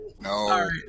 No